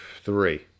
three